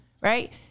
Right